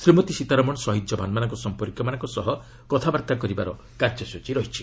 ଶ୍ରୀମତୀ ସୀତାରମଣ ଶହିଦ୍ ଯବାନମାନଙ୍କ ସମ୍ପର୍କୀୟମାନଙ୍କ ସହ କଥାବାର୍ତ୍ତା କରିବାର କାର୍ଯ୍ୟସ୍ତଚୀ ରହିଛି